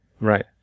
right